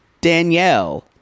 Danielle